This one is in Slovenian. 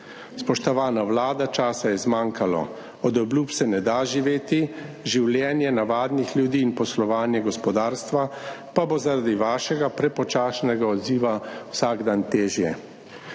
Spoštovana Vlada, časa je zmanjkalo. Od obljub se ne da živeti. Življenje navadnih ljudi in poslovanje gospodarstva pa bo, zaradi vašega prepočasnega odziva vsak dan težje.